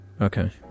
Okay